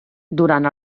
durant